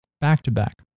back-to-back